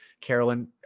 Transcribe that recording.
Carolyn